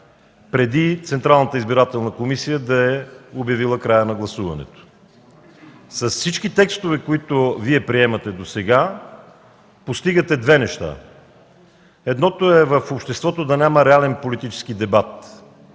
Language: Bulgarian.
преди Централната избирателна комисия да е обявила края на гласуването. С всички текстове, които Вие приемате досега, постигате две неща. Едното е в обществото да няма реален политически дебат и